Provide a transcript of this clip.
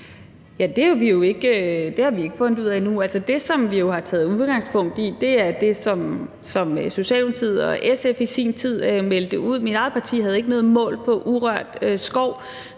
Det har vi ikke fundet ud af endnu. Altså, det, som vi har taget udgangspunkt i, er det, som Socialdemokratiet og SF i sin tid meldte ud. Mit eget parti havde ikke noget mål i forhold